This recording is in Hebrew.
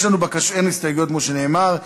אין הסתייגויות, כמו שנאמר.